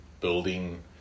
building